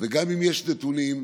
כי אחת הבעיות